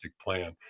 plan